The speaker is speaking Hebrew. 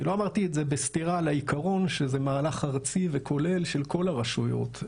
אני לא אמרתי את זה בסתירה לעיקרון שזה מהלך ארצי וכולל של כל הרשויות,